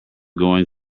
going